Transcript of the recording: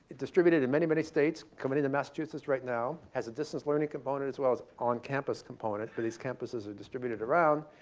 distributed in many, many states, coming into massachusetts right now. has a distance learning component as well as on campus component, but these campuses are distributed around.